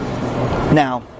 Now